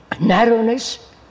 narrowness